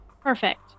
Perfect